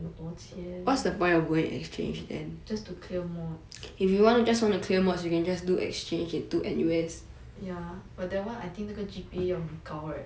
很多钱 just to clear mod ya but that [one] I think 那个 G_P_A 要很高 right